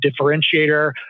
differentiator